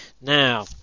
Now